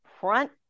front